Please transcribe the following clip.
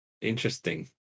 interesting